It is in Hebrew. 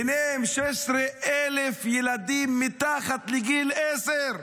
ביניהם 16,000 ילדים מתחת לגיל עשר.